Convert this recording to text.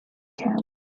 camp